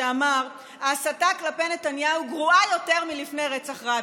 שאמר: ההסתה כלפי נתניהו גרועה יותר מלפני רצח רבין.